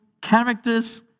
characters